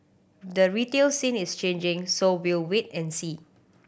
the retail scene is changing so we will wait and see